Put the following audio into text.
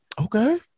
Okay